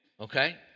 Okay